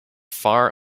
far